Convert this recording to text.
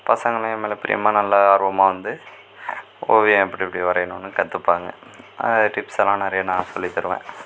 பசங்களும் என் மேல் பிரியமாக நல்லா ஆர்வமாக வந்து ஓவியம் எப்படி எப்படி வரையணுனு கத்துப்பாங்க அது டிப்ஸ் எல்லாம் நிறையா நான் சொல்லித் தருவேன்